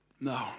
No